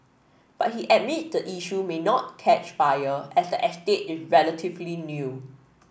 but he admit the issue may not catch fire as the estate is relatively new